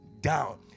down